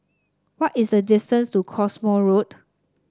what is the distance to Cottesmore Road